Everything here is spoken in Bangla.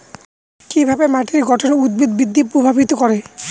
কিভাবে মাটির গঠন উদ্ভিদ বৃদ্ধি প্রভাবিত করে?